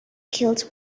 killed